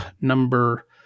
number